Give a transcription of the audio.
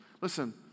Listen